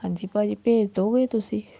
ਹਾਂਜੀ ਭਾਅ ਜੀ ਭੇਜ ਦੋਗੇ ਤੁਸੀਂ